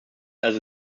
also